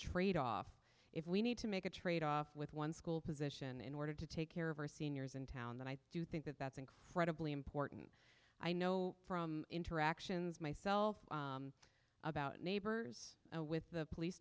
trade off if we need to make a trade off with one school position in order to take care of our seniors in town that i do think that that's incredibly important i know from interactions myself about neighbors with the police